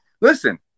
listen